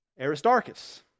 Aristarchus